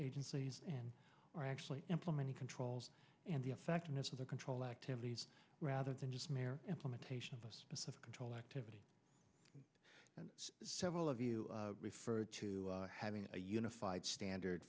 agencies and are actually implementing controls and the effectiveness of their control activities rather than just mere implementation of a specific control activity and several of you refer to having a unified standard